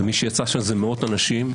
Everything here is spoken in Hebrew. מי שיצא זה מאות אנשים,